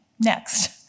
next